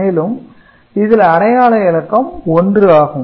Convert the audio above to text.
மேலும் இதில் அடையாள இலக்கம் 1 ஆகும்